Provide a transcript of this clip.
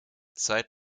zeit